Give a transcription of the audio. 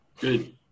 good